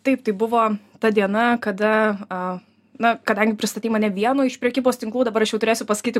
taip tai buvo ta diena kada a na kadangi pristatei mane vieno iš prekybos tinklų dabar aš jau turėsiu pasakyti